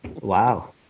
wow